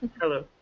hello